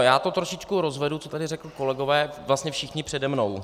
Já to trošičku rozvedu, co tady řekli kolegové, vlastně všichni přede mnou.